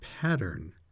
pattern